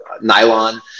nylon